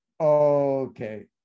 Okay